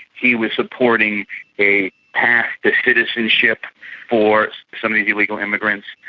he was supporting a path to citizenship for some of these illegal immigrants.